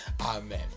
amen